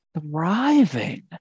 thriving